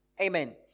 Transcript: Amen